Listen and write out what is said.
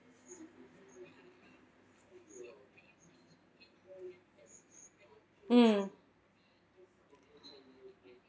mm